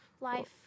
life